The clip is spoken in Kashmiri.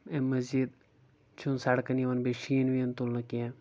اَمہِ مزیٖد چھُنہٕ سڑکن یِوان بیٚیہِ شیٖن ویٖن تُلنہٕ کیٚنٛہہ